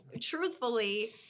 truthfully